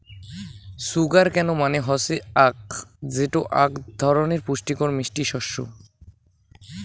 sugar cane মানে হসে আখ যেটো আক ধরণের পুষ্টিকর মিষ্টি শস্য